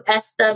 SW